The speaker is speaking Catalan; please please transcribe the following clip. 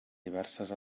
diverses